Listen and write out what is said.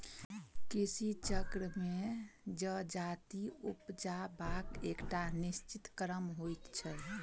कृषि चक्र मे जजाति उपजयबाक एकटा निश्चित क्रम होइत छै